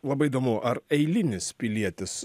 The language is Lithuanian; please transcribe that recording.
labai įdomu ar eilinis pilietis